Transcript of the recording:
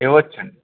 ఇవ్వచ్చండి